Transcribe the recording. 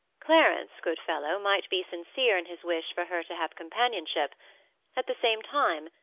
clarence, good fellow, might be sincere in his wish for her to have companionship at the same time,